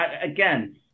again